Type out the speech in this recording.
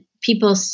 people